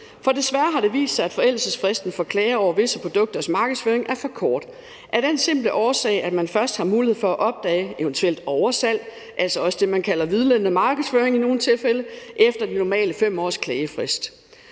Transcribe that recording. For desværre har det vist sig, at forældelsesfristen for klager over visse produkters markedsføring er for kort – af den simple årsag, at man først har mulighed for at opdage eventuelt oversalg, altså også det, man kalder vildledende markedsføring i nogle tilfælde, efter de normale fem års klagefrist.